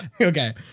Okay